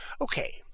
Okay